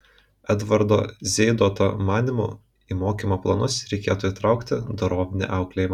edvardo zeidoto manymu į mokymo planus reiktų įtraukti dorovinį auklėjimą